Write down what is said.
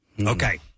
Okay